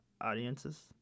audiences